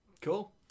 Cool